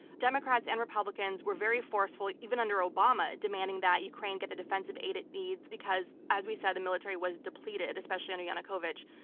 democrats and republicans were very forceful, even under obama, demanding that ukraine get the defensive aid it needs because, as we've said, the military was depleted, especially under yanukovich.